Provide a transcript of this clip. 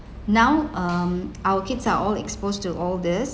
now um our kids are all exposed to all this